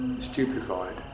stupefied